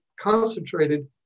concentrated